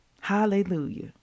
Hallelujah